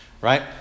right